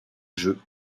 jeux